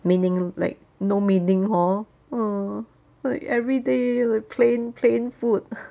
meaning like no meaning hor uh like everyday like plain plain food